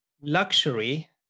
luxury